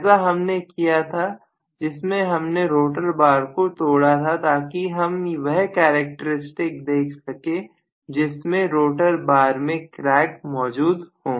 ऐसा हमने किया था जिसमें हमने रोटर बार को तोड़ा था ताकि हम वह कैरेक्टर स्टिक देख सके जिसमें रोटर बार में क्रैक मौजूद हो